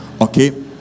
Okay